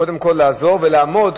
קודם כול לעזור ולעמוד,